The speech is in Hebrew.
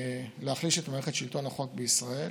להחליש את מערכת שלטון החוק בישראל.